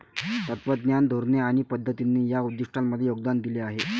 तत्त्वज्ञान, धोरणे आणि पद्धतींनी या उद्दिष्टांमध्ये योगदान दिले आहे